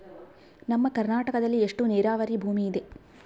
ನಮ್ಮ ಕರ್ನಾಟಕದಲ್ಲಿ ಎಷ್ಟು ನೇರಾವರಿ ಭೂಮಿ ಇದೆ?